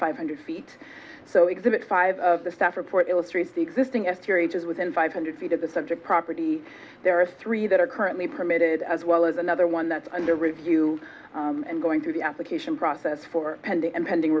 five hundred feet so exhibit five of the staff report illustrates the existing after each is within five hundred feet of the subject property there are three that are currently permitted as well as another one that's under review and going through the application process for pending and pending